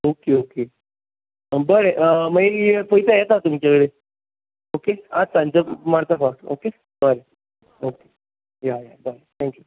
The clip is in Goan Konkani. ओके ओके बरें मागीर पयता येता तुमचे कडेन ओके आयज सांजचो मारता फावट ओके बरें ओके या बाय थँक्यू